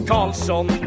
Carlson